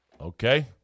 Okay